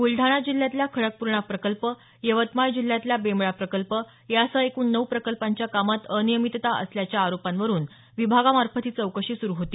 बुलडाणा जिल्ह्यातला खडकपूर्णा प्रकल्प यवतमाळ जिल्ह्यातला बेंबळा प्रकल्प यासह एकूण नऊ प्रकल्पांच्या कामात अनियमितता असल्याच्या आरोपांवरून लाचलुचपत विभागामार्फत ही चौकशी सुरू होती